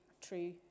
true